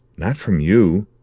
not from you.